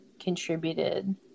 contributed